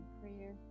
prayer